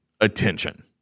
attention